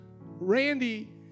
Randy